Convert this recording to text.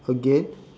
again